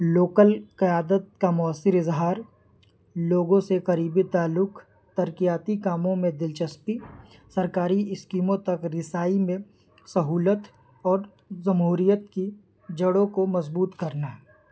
local قیادت کا مؤثر اظہار لوگوں سے قریبی تعلق ترقیاتی کاموں میں دلچسپی سرکاری اسکیموں تک رسائی میں سہولت اور جمہوریت کی جڑوں کو مضبوط کرنا